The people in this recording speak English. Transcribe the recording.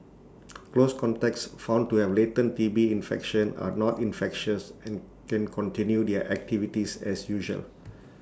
close contacts found to have latent T B infection are not infectious and can continue their activities as usual